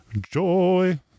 joy